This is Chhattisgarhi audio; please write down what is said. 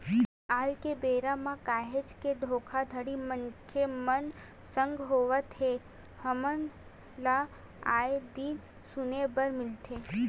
आल के बेरा म काहेच के धोखाघड़ी मनखे मन संग होवत हे हमन ल आय दिन सुने बर मिलथे